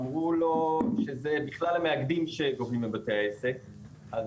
אמרו לו שזה בכלל המאגדים שגובים מבתי העסק אז